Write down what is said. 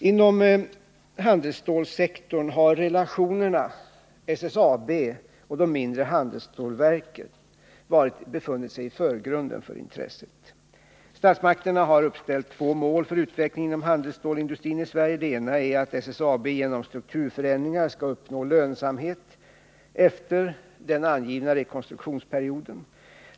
Inom handelsstålssektorn har relationerna mellan SSAB och de mindre handelsstålverken befunnit sig i förgrunden för intresset. Statsmakterna har uppställt två mål för utvecklingen inom handelsstålsindustrin i Sverige. Det ena är att SSAB genom strukturförändringar skall uppnå lönsamhet efter den angivna rekonstruktionsperioden.